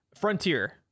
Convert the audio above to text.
Frontier